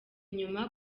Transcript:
inyuma